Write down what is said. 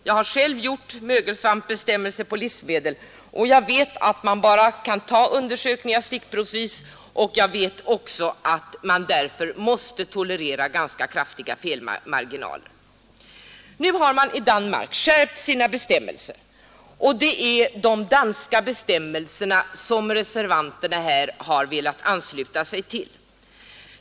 Jag har själv gjort mögelsvampbestämmelse på livsmedel, och jag vet att undersökningar bara kan tas stickprovsvis, varför ganska kraftiga felmarginaler måste tolereras. Man har nu i Danmark skärpt sina bestämmelser, och det är de danska bestämmelserna som reservanterna har velat ansluta sig till.